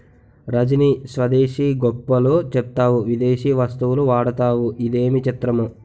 రజనీ స్వదేశీ గొప్పలు చెప్తావు విదేశీ వస్తువులు వాడతావు ఇదేమి చిత్రమో